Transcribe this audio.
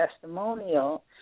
testimonial